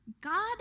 God